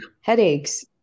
headaches